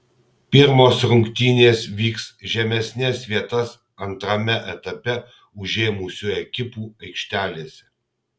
pirmos rungtynės vyks žemesnes vietas antrame etape užėmusių ekipų aikštelėse